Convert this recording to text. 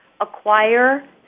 acquire